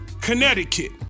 Connecticut